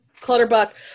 Clutterbuck